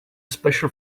special